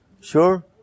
Sure